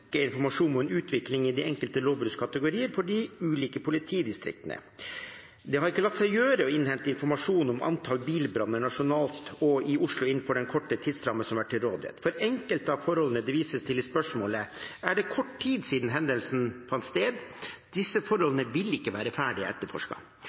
informasjon om utviklingen i de enkelte lovbruddskategorier for de ulike politidistriktene. Det har ikke latt seg gjøre å innhente informasjon om antall bilbranner nasjonalt og i Oslo innenfor den korte tidsrammen som har vært til rådighet. For enkelte av forholdene det vises til i spørsmålet, er det kort tid siden hendelsen fant sted. Disse